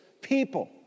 people